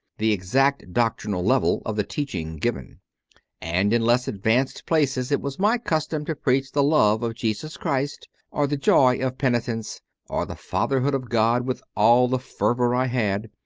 the exact doctrinal level of the teaching given and in less advanced places it was my custom to preach the love of jesus christ or the joy of peni tence or the fatherhood of god with all the fervour i had,